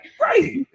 Right